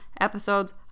episodes